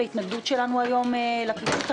להתנגדות שלנו היום לפניות.